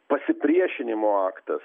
pasipriešinimo aktas